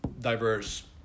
diverse